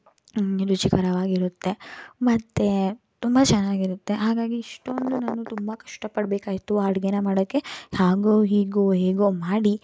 ರುಚಿಕರವಾಗಿರುತ್ತೆ ಮತ್ತು ತುಂಬ ಚೆನ್ನಾಗಿರುತ್ತೆ ಹಾಗಾಗಿ ಇಷ್ಟೊಂದು ನಾನು ತುಂಬ ಕಷ್ಟಪಡಬೇಕಾಯ್ತು ಆ ಅಡುಗೆನ ಮಾಡೋಕ್ಕೆ ಹಾಗೋ ಹೀಗೋ ಹೇಗೋ ಮಾಡಿ